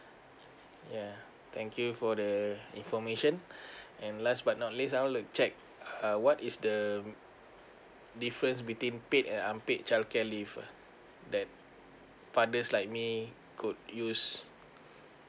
yeah thank you for the information and last but not least I want to check uh what is the difference between paid and unpaid childcare leave uh that father like me could use